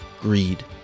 greed